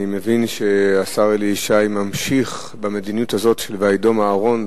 אני מבין שהשר אלי ישי ממשיך במדיניות הזאת של ויידום אהרן,